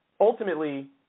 ultimately